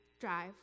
drive